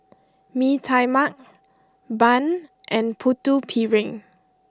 Mee Tai Mak Bun and Putu Piring